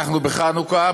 אנחנו בחנוכה,